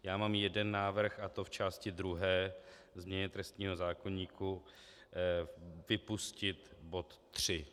Já mám jeden návrh, a to v části druhé, změně trestního zákoníku, vypustit bod 3.